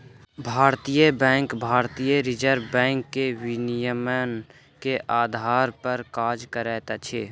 भारतीय बैंक भारतीय reserve bank के विनियमन के आधार पर काज करैत अछि